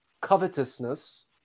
covetousness